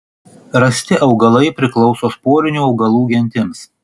rasti augalai priklauso sporinių augalų gentims